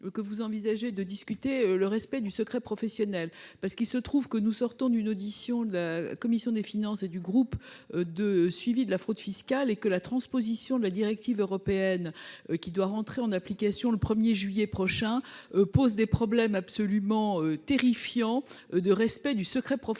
que vous envisagez de discuter avec eux le respect du secret professionnel. En effet, nous sortons d'une audition de la commission des finances et du groupe de suivi sur la lutte contre la fraude et l'évasion fiscale, et la transposition de la directive européenne, qui doit entrer en application le 1 juillet prochain, pose des problèmes absolument terrifiants de respect du secret professionnel.